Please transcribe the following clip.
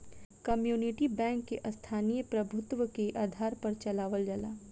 community bank के स्थानीय प्रभुत्व के आधार पर चलावल जाला